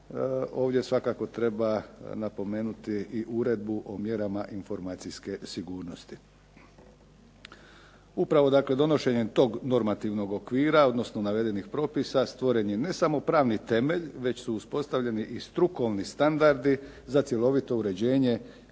Ovdje svakako treba napomenuti i uredbu o mjerama informacijske sigurnosti. Upravo donošenjem toga normativnog okvira, odnosno navedenih propisa stvoren je ne samo pravni temelj, već su uspostavljeni i strukovni standardi za cjelovito uređenje